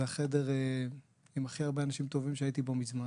זה החדר עם הכי הרבה אנשים טובים שהייתי בו מזמן.